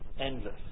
endless